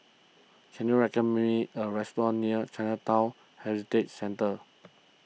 can you recommend me a restaurant near Chinatown Heritage Centre